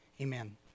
Amen